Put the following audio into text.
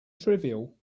trivial